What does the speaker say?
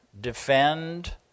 Defend